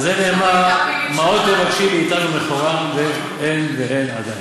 על זה נאמר: מה עוד תבקשי מאתנו מכורה ואין ואין עדיין.